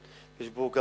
יש פה גם